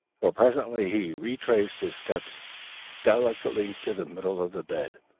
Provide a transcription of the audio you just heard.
for presently he retraced his steps delicately to the middle of the bed,